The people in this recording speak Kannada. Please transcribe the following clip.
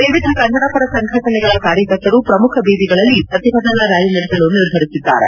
ವಿವಿಧ ಕನ್ನಡ ಪರ ಸಂಘಟನೆಗಳ ಕಾರ್ಯಕರ್ತರು ಪ್ರಮುಖ ಬೀದಿಗಳಲ್ಲಿ ಪ್ರತಿಭಟನಾ ರ್ಾಲಿ ನಡೆಸಲು ನಿರ್ಧರಿಸಿದ್ದಾರೆ